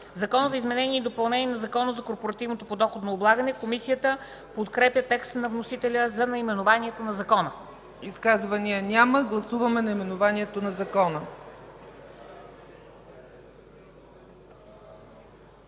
„Закон за изменение и допълнение на Закона за корпоративното подоходно облагане”. ” Комисията подкрепя текста на вносителя за наименованието на Закона. ПРЕДСЕДАТЕЛ ЦЕЦКА ЦАЧЕВА: Изказвания? Няма. Гласуваме наименованието на Закона.